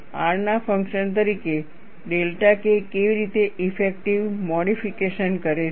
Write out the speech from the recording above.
R ના function તરીકે delta K કેવી રીતે ઇફેક્ટિવ મોડીફિકેશન કરે છે